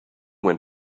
went